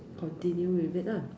continue with it lah